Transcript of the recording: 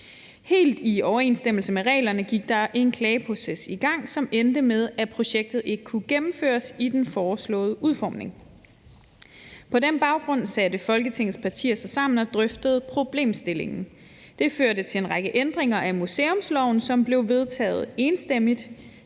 Helt i overensstemmelse med reglerne gik der en klageproces i gang, som endte med, at projektet ikke kunne gennemføres i den foreslåede udformning. På den baggrund sætte Folketingets partier sig sammen og drøftede problemstillingen. Det førte til en række ændringer af museumsloven, som blev vedtaget enstemmigt